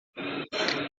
piloto